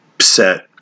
set